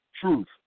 truth